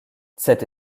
cette